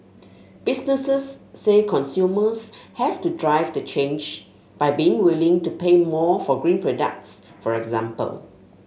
businesses say consumers have to drive the change by being willing to pay more for green products for example